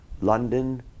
London